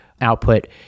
output